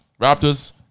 Raptors